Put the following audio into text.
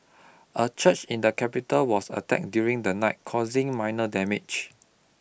a church in the capital was attacked during the night causing minor damage